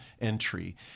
entry